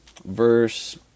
verse